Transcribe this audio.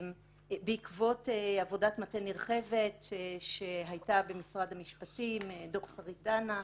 בעקבות עבודת מטה נרחבת שהייתה במשרד המשפטים דוח שרית דנה,